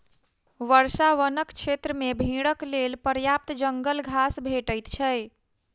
वर्षा वनक क्षेत्र मे भेड़क लेल पर्याप्त जंगल घास भेटैत छै